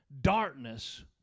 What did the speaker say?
darkness